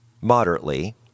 moderately